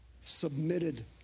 submitted